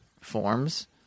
forms